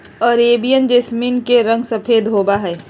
Arabian jasmine के रंग सफेद होबा हई